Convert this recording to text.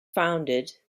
founded